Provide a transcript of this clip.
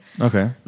Okay